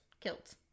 Kilt